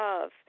love